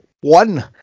one